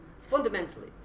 fundamentally